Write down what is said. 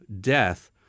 death